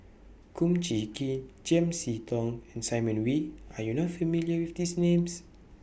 Kum Chee Kin Chiam See Tong and Simon Wee Are YOU not familiar with These Names